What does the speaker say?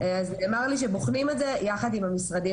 נאמר לי שבוחנים את זה יחד עם המשרדים